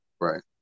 Right